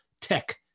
tech